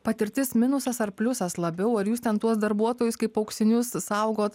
patirtis minusas ar pliusas labiau ar jūs ten tuos darbuotojus kaip auksinius saugot